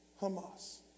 Hamas